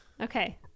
okay